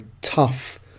tough